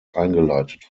eingeleitet